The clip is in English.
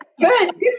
good